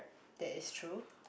that is true